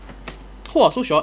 !whoa! so short